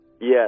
Yes